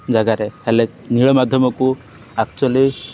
ଜାଗାରେ ହେଲେ ନୀଳମାଧବଙ୍କୁ ଆକ୍ଚୁଆଲି